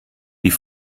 die